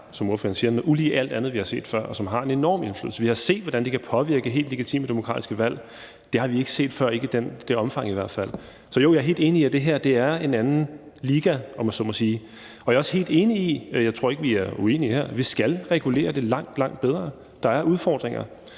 nogle virksomheder, som er, som spørgeren siger, ulig alt andet, vi har set før, og som har en enorm indflydelse. Vi har set, hvordan de kan påvirke helt legitime demokratiske valg. Det har vi ikke set før, i hvert fald ikke i det omfang. Så jo, jeg er helt enig i, at det her er en anden liga, om man så må sige. Og jeg er også helt enig i – jeg tror ikke, vi er uenige her – at vi skal regulere det langt, langt bedre. Der er udfordringer.